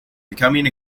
becoming